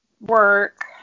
work